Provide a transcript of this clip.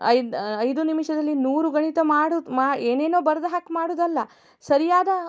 ಐದು ಐದು ನಿಮಿಷದಲ್ಲಿ ನೂರು ಗಣಿತ ಮಾಡುವುದು ಮ ಏನೇನೋ ಬರ್ದು ಹಾಕಿ ಮಾಡುವುದಲ್ಲ ಸರಿಯಾದ